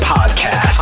Podcast